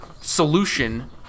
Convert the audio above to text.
solution